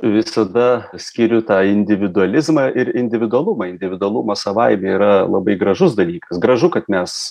visada skiriu tą individualizmą ir individualumą individualumą savaime yra labai gražus dalykas gražu kad mes